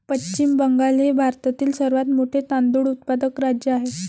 पश्चिम बंगाल हे भारतातील सर्वात मोठे तांदूळ उत्पादक राज्य आहे